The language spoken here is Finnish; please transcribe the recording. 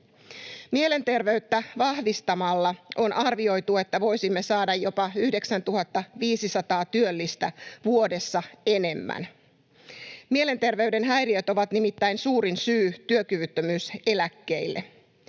Mielenterveyttä vahvistamalla on arvioitu, että voisimme saada jopa 9 500 työllistä vuodessa enemmän. Mielenterveyden häiriöt ovat nimittäin suurin syy työkyvyttömyyseläkkeille.